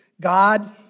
God